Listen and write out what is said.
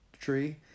tree